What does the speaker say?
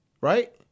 right